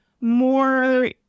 more